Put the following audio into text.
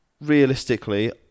realistically